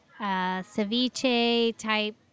ceviche-type